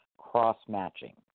cross-matching